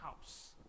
house